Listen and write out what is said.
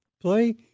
play